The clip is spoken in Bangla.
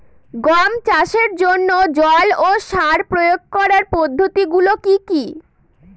গম চাষের জন্যে জল ও সার প্রয়োগ করার পদ্ধতি গুলো কি কী?